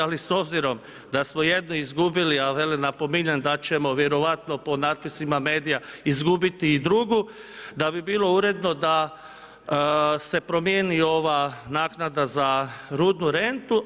Ali s obzirom da smo jedno izgubili a velim napominjem da ćemo vjerojatno po natpisima medija izgubiti i drugu, da bi bilo uredno da se promijeni ova naknada za rudnu rentu.